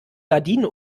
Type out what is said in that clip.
gardinen